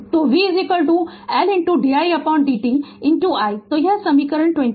Refer Slide Time 1325 तो v L didt i तो यह समीकरण 24 है